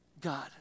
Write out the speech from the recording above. God